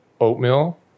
oatmeal